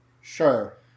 Sure